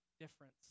difference